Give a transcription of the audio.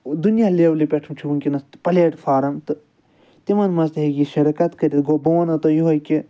دُنیا لٮ۪ولہِ پٮ۪ٹھ چھُ وٕنۍکٮ۪نَس پَلیٹفارَم تہٕ تِمن مَنٛز تہِ ہیٚکہِ یہِ شِرکَت کٔرِتھ گوٚو بہٕ ونو تۄہہِ یِہوٚے کہِ